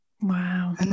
Wow